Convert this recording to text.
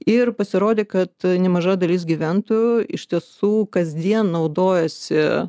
ir pasirodė kad nemaža dalis gyventojų iš tiesų kasdien naudojasi